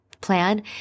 plan